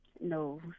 no